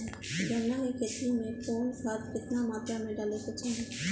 गन्ना के खेती में कवन खाद केतना मात्रा में डाले के चाही?